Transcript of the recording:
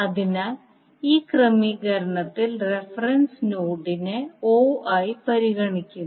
അതിനാൽ ഈ ക്രമീകരണത്തിൽ റഫറൻസ് നോഡിനെ o ആയി പരിഗണിക്കുന്നു